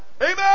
Amen